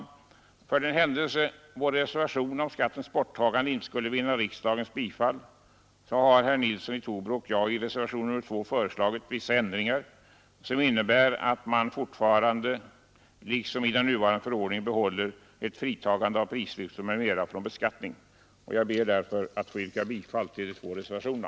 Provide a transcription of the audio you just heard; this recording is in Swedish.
För den händelse vår reservation om skattens borttagande icke skulle vinna riksdagens bifall har herr Nilsson i Trobro och jag i reservationen 2 föreslagit vissa ändringar, som innebär att man — liksom i den nuvarande förordningen — bibehåller ett fritagande av prislistor m.m. från beskattning. Jag ber därför att få yrka bifall till de två reservationerna.